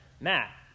Matt